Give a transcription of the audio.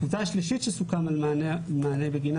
הקבוצה השלישית שסוכם על מענה בגינה